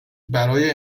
برای